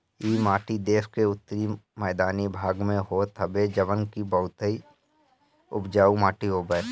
इ माटी देस के उत्तरी मैदानी भाग में होत हवे जवन की बहुते उपजाऊ माटी हवे